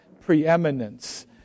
preeminence